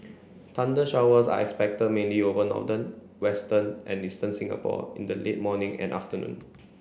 thunder showers are expected mainly over northern western and eastern Singapore in the late morning and afternoon